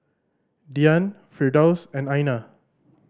Dian Firdaus and Aina